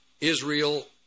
Israel